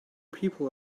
people